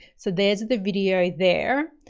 so there's the video there.